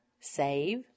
Save